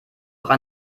auch